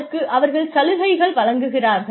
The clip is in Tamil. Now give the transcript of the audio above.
அதற்கு அவர்கள் சலுகைகள் வழங்குகிறார்கள்